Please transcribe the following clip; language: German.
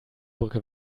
brücke